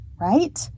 right